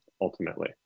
ultimately